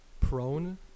prone